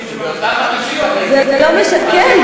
כן,